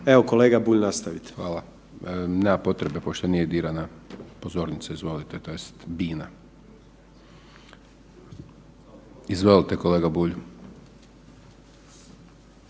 Dončić, Siniša (SDP)** Nema potrebe pošto nije dirana pozornica, izvolite tj. bina. Izvolite kolega Bulj.